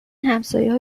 همسایهها